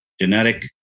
genetic